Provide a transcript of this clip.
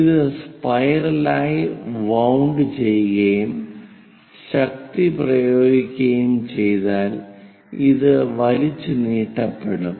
ഇത് സ്പൈറലായി വൌണ്ട് ചെയ്യുകയും ശക്തി പ്രയോഗിക്കുകയും ചെയ്താൽ അത് വലിച്ചുനീട്ടപ്പെടും